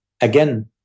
again